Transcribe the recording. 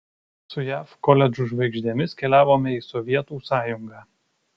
su jav koledžų žvaigždėmis keliavome į sovietų sąjungą